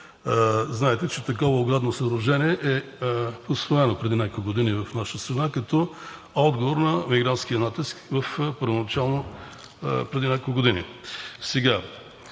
знаете, че такова оградно съоръжение е построено преди няколко години в нашата страна като отговор на мигрантския натиск първоначално преди няколко години.